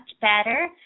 better